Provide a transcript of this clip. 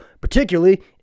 Particularly